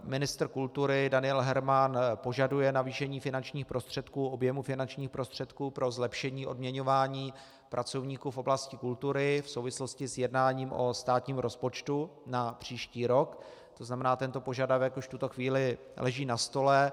Ministr kultury Daniel Herman požaduje navýšení finančních prostředků, objemu finančních prostředků pro zlepšení odměňování pracovníků v oblasti kultury v souvislosti s jednáním o státním rozpočtu na příští rok, to znamená, tento požadavek už v tuto chvíli leží na stole.